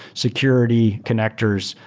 security, connectors,